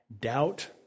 doubt